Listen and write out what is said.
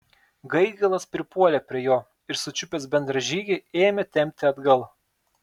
gaigalas pripuolė prie jo ir sučiupęs bendražygį ėmė tempti atgal